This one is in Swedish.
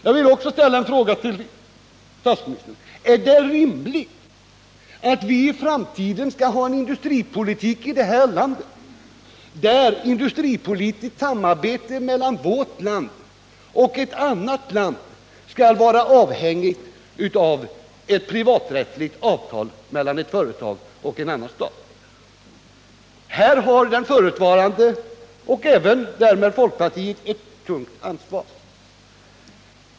Jag vill också fråga statsministern: Är det rimligt att vi i framtiden skall ha en industripolitik i det här landet, som innebär att ett industripolitiskt samarbete mellan vårt land och ett annat land är avhängigt av ett privaträttsligt avtal mellan ett företag och en annan stat? Här har den förutvarande regeringen och därmed också folkpartiet ett tungt ansvar.